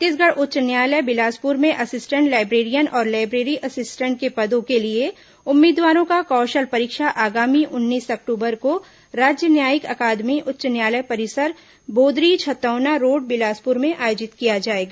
छत्तीसगढ़ उच्च न्यायालय बिलासपुर में असिस्टेंट लाइब्रेरियन और लाइब्रेरी असिस्टेंट के पदों के लिए उम्मीदवारों का कौशल परीक्षा आगामी उन्नीस अक्टूबर को राज्य न्यायिक अकादमी उच्च न्यायालय परिसर बोदरी छतौना रोड़ बिलासपुर में आयोजित किया जाएगा